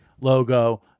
logo